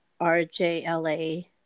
RJLA